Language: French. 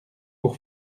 pour